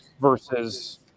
versus